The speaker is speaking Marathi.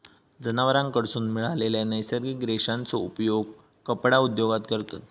जनावरांकडसून मिळालेल्या नैसर्गिक रेशांचो उपयोग कपडा उद्योगात करतत